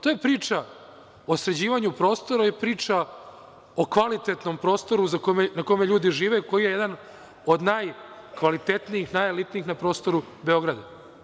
Ta priča o sređivanju prostora je priča o kvalitetnom prostoru na kome ljudi žive koji je jedan od najkvalitetnijih, najelitnijih na prostoru Beograda.